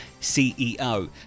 CEO